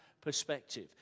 perspective